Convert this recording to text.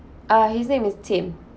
uh his name is tim